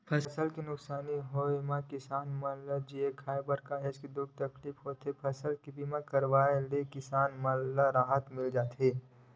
फसल के नुकसानी के होय म किसान मन ल जीए खांए बर काहेच दुख तकलीफ होथे फसल बीमा के कराय ले किसान मन ल राहत मिल जाथे